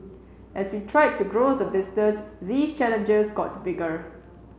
as we tried to grow the business these challenges got bigger